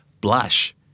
blush